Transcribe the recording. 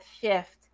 shift